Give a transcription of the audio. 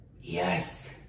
Yes